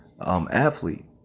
athlete